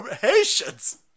Haitians